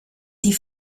die